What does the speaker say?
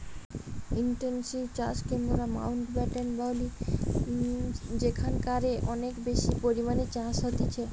intensive চাষকে মোরা Mountbatten ও বলি যেখানকারে অনেক বেশি পরিমাণে চাষ হতিছে